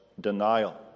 denial